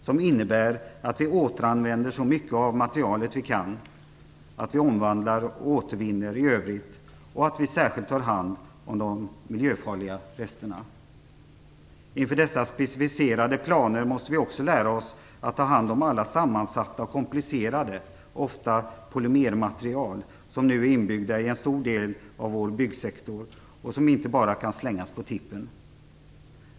Det innebär att vi återanvänder så mycket av materialet vi kan, att vi omvandlar och återvinner i övrigt och att vi särskilt tar hand om de miljöfarliga resterna. Enligt dessa specifierade planer måste vi också lära oss att ta hand om alla sammansatta och komplicerade material, ofta polymermaterial, som nu är inbyggda i en stor del av byggnaderna och som inte bara kan slängas på tippen.